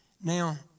Now